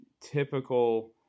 typical